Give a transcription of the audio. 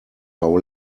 how